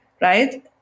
Right